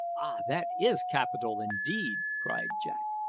ah, that is capital indeed! cried jack,